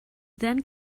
then